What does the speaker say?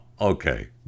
okay